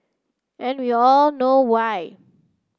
and you all know why